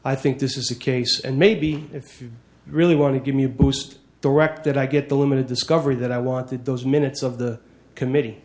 i think this is the case and maybe if you really want to give me a boost direct that i get the limited discovery that i want that those minutes of the committee